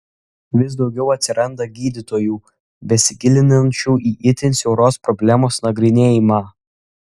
vis daugiau atsiranda gydytojų besigilinančių į itin siauros problemos nagrinėjimą